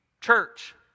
church